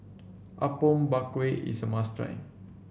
Apom Berkuah is a must try